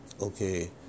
okay